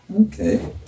Okay